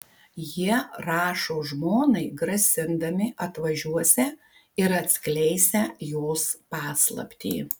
jie rašo žmonai grasindami atvažiuosią ir atskleisią jos paslaptį